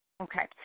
okay